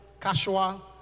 casual